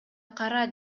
кара